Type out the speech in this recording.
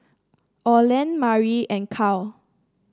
Olen Marlyn and Kyle